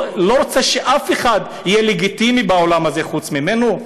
לא רוצה שאף אחד יהיה לגיטימי בעולם הזה חוץ ממנו?